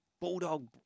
Bulldog